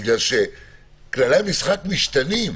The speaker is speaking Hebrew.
בגלל שכללי המשחק משתנים.